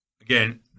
Again